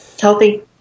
Healthy